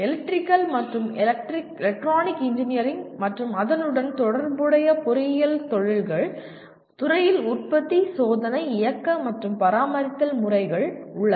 electrical மற்றும் electronic engineering மற்றும் அதனுடன் தொடர்புடைய பொறியியல் தொழில்கள் துறையில் உற்பத்தி சோதனை இயக்க அல்லது பராமரித்தல் முறைகள் உள்ளன